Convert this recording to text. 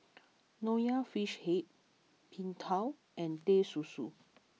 Nonya Fish Head Png Tao and Teh Susu